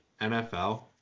NFL